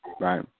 Right